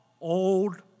old